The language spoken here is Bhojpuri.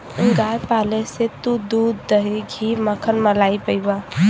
गाय पाले से तू दूध, दही, घी, मक्खन, मलाई पइबा